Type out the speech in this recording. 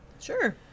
Sure